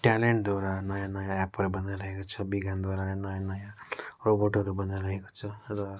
ट्यालेन्टद्वारा नयाँ नयाँ एपहरू बनाइरहेको छ विज्ञानद्वारा नै नयाँ नयाँ रोबोटहरू बनाइरहेको छ र